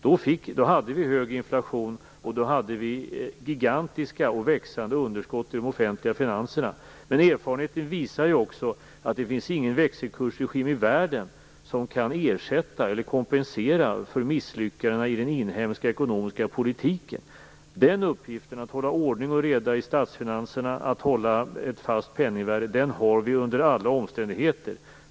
Då hade vi hög inflation. Då hade vi gigantiska och växande underskott i de offentliga finanserna. Men erfarenheten visar också att det inte finns någon växelkursregim i världen som kan ersätta eller kompensera för misslyckanden i den inhemska ekonomiska politiken. Den uppgiften, att hålla ordning och reda i statsfinanserna, att hålla ett fast penningvärde, har vi under alla omständigheter.